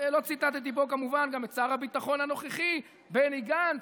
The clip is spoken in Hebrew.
לא ציטטתי פה כמובן גם את שר הביטחון הנוכחי בני גנץ,